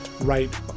right